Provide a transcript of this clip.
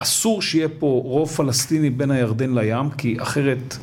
אסור שיהיה פה רוב פלסטיני בין הירדן לים כי אחרת...